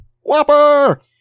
Whopper